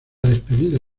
despedida